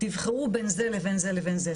שיבחרו בין זה לבין זה לבין זה.